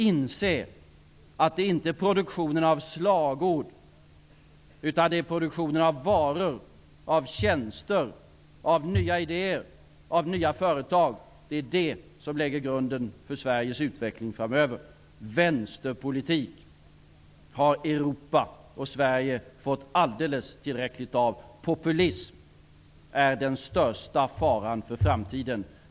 Inse att det inte är produktionen av slagord, utan produktionen av varor, tjänster, nya idéer och nya företag som lägger grunden till Sveriges utveckling framöver. Vänsterpolitik har Europa och Sverige fått alldeles tillräckligt av. Populism är den största faran för framtiden.